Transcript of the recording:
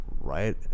right